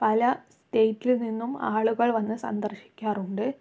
പല സ്റ്റേറ്റിൽ നിന്നും ആളുകൾ വന്ന് സന്ദർശിക്കാറുണ്ട്